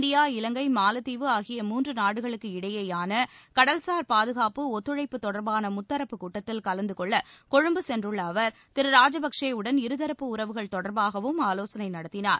India Ilangai Maalatheevu ஆகிய மூன்று நாடுகளுக்கு இடையேயான கடல்சார் பாதுகாப்பு ஒத்துழைப்பு தொடர்பான முத்தரப்புக் கூட்டத்தில் கலந்து கொள்ள கொழும்பு சென்றுள்ள அவர் திரு ராஜபக்சேவுடன் இருதரப்பு உறவுகள் தொடர்பாகவும் ஆலோசனை நடத்தினார்